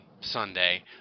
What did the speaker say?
Sunday